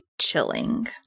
chilling